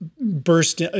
burst